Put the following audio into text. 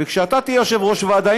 וכשאתה תהיה יושב-ראש ועדה,